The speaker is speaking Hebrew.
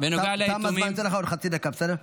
אני אתן לך עוד חצי דקה, בסדר?